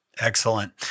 Excellent